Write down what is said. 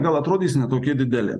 gal atrodys ne tokie dideli